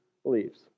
Believes